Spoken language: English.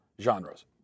genres